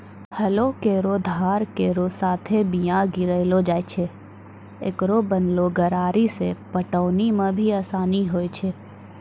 हलो केरो धार केरो साथें बीया गिरैलो जाय छै, एकरो बनलो गरारी सें पटौनी म भी आसानी होय छै?